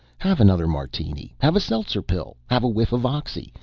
have another martini. have a seltzer pill. have a whiff of oxy.